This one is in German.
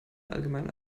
allgemein